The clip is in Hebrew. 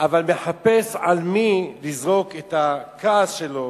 אבל מחפש על מי לזרוק את הכעס שלו,